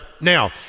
Now